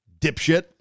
dipshit